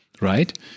right